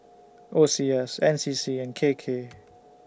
O C S N C C and K K